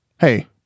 hey